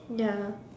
ya